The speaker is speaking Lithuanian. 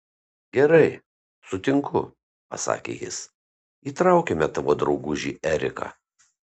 gerai sutinku pasakė jis įtraukime tavo draugužį eriką